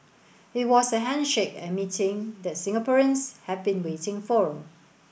it was the handshake and meeting that Singaporeans have been waiting for